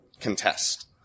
contest